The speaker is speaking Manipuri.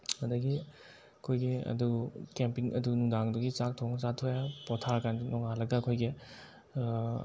ꯑꯗꯒꯤ ꯑꯩꯈꯣꯏꯒꯤ ꯑꯗꯨ ꯀꯦꯝꯄꯤꯡ ꯑꯗꯨ ꯅꯨꯡꯗꯥꯡꯗꯨꯒꯤ ꯆꯥꯛ ꯊꯣꯡꯉ ꯆꯥꯊꯣꯛꯑꯦ ꯄꯣꯊꯥꯔꯀꯥꯟꯗ ꯅꯣꯉꯥꯜꯂꯒ ꯑꯩꯈꯣꯏꯒꯤ